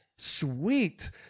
Sweet